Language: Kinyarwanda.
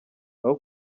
aho